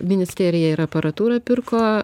ministerija ir aparatūrą pirko